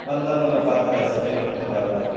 வந்தவங்கள பார்த்து ரசிக்கணுங்கிறதுக்காவ